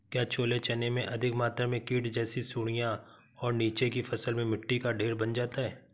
क्या छोले चने में अधिक मात्रा में कीट जैसी सुड़ियां और नीचे की फसल में मिट्टी का ढेर बन जाता है?